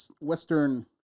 Western